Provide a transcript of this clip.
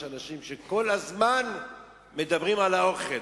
יש אנשים שכל הזמן מדברים על האוכל,